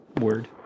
Word